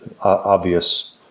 obvious